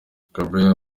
gabriel